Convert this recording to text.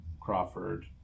Crawford